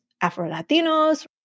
Afro-Latinos